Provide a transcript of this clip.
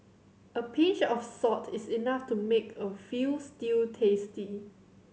a pinch of salt is enough to make a veal stew tasty